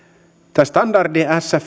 tämä standardi sfs